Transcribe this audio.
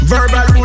Verbal